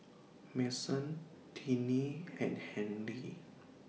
Mason Tinie and Henri